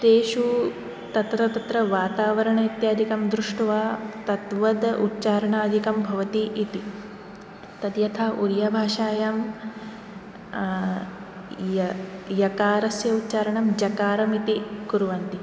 तेषु तत्र तत्र वातावरण इत्यादिकं दृष्ट्वा तद्वत् उच्चारणादिकं भवति इति तद्यथा ओरियाभाषायां यकारस्य उच्चारणं जकारम् इति कुर्वन्ति